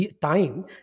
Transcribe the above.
time